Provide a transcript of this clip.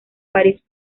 parís